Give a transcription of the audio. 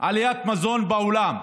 עליית מחירי המזון בעולם.